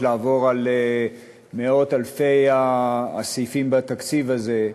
לעבור על מאות-אלפי הסעיפים בתקציב הזה.